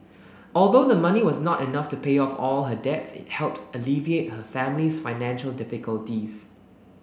although the money was not enough to pay off all her debts it helped alleviate her family's financial difficulties